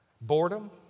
Boredom